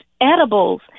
edibles